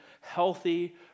healthy